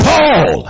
Paul